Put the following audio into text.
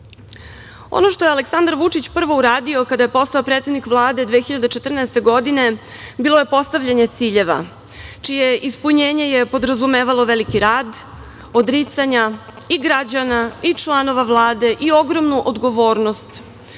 što je Aleksandar Vuči prvo uradio kada je postao predsednik Vlade 2014. godine, bilo je postavljenje ciljeva, čije je ispunjenje podrazumevalo veliki rad, odricanja i građana i članova Vlade i ogromnu odgovornost,